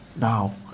now